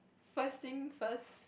first thing first